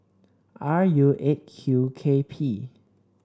R U Eight Q K P